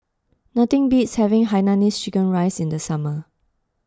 nothing beats having Hainanese Chicken Rice in the summer